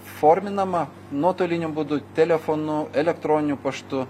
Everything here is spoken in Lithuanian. forminama nuotoliniu būdu telefonu elektroniniu paštu